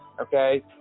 okay